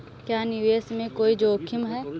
क्या निवेश में कोई जोखिम है?